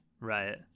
Right